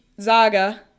Zaga